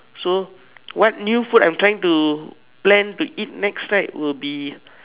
so what new food I'm trying to plan to eat next right will be